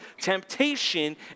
Temptation